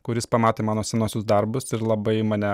kuris pamatė mano senuosius darbus ir labai mane